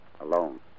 Alone